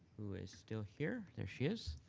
who is still here, there she is.